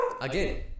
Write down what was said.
Again